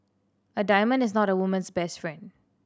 a diamond is not a woman's best friend